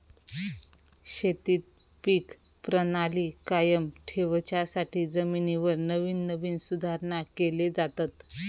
शेतीत पीक प्रणाली कायम ठेवच्यासाठी जमिनीवर नवीन नवीन सुधारणा केले जातत